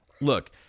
look